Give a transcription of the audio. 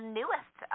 newest